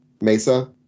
mesa